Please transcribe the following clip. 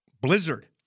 Blizzard